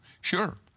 sure